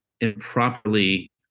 improperly